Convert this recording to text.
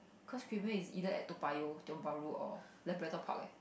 cause creamier is either at Toa-Payoh Tiong Bahru or Labrador Park eh